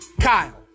Kyle